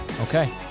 Okay